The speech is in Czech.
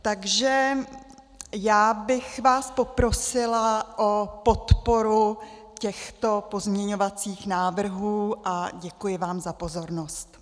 Takže já bych vás poprosila o podporu těchto pozměňovacích návrhů a děkuji vám za pozornost.